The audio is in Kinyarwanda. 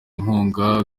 inkunga